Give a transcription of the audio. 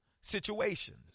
situations